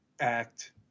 act